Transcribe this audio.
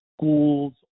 schools